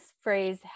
phrase